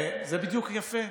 בדיוק, יפה.